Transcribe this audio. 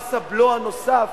במס הנוסף,